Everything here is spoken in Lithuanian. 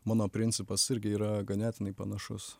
mano principas irgi yra ganėtinai panašus